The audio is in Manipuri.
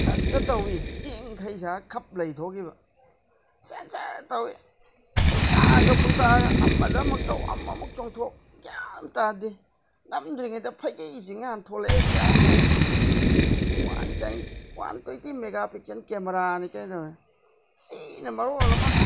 ꯇꯁꯇ ꯇꯧꯏ ꯆꯦꯡ ꯈꯩꯕ ꯁꯥꯔꯒ ꯈꯞ ꯂꯩꯊꯣꯛꯈꯤꯕ ꯁꯦꯟꯁꯔ ꯇꯧꯏ ꯎꯜꯇꯥꯒ ꯄꯨꯜꯇꯥꯒ ꯑꯃꯗ ꯑꯃꯨꯛ ꯇꯧ ꯑꯃ ꯑꯃꯨꯛ ꯆꯣꯡꯊꯣꯛ ꯒ꯭ꯌꯥꯟ ꯑꯃ ꯇꯥꯗꯦ ꯅꯝꯗ꯭ꯔꯤꯉꯩꯗ ꯐꯩꯖꯩ ꯆꯤꯡꯂ ꯍꯥꯅ ꯊꯣꯛꯂꯛꯑꯦ ꯒ꯭ꯌꯥꯟ ꯑꯃ ꯇꯥꯗꯦ ꯑꯁ one time one twenty megapixel ꯀꯦꯃꯦꯔꯥꯅꯤ ꯀꯥꯏ ꯇꯧꯑꯦ ꯁꯤꯅ ꯃꯔꯣꯜ ꯑꯃ